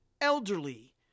elderly